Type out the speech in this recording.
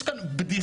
יש כאן בדיחה.